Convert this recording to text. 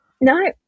No